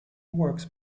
works